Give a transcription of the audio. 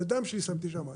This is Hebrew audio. את הדם שלי שמתי שמה,